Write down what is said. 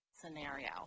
scenario